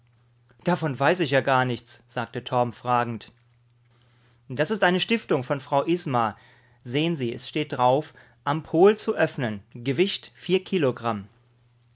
davon weiß ich ja gar nichts sagte torm fragend das ist eine stiftung von frau isma sehen sie es steht darauf am pol zu öffnen gewicht vier kilogramm